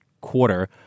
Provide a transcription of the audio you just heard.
quarter